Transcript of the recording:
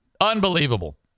Unbelievable